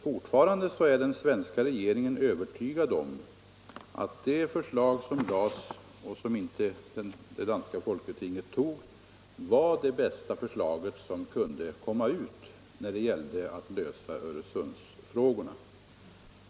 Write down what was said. Fortfarande är den svenska regeringen övertygad om att det förslag som lades och som det danska folketinget inte tog var det bästa när det gällde att lösa Öresundsfrågorna.